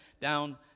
down